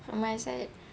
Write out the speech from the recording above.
from what I said